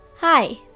Hi